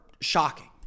shocking